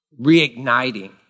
reigniting